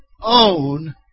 own